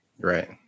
Right